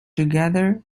together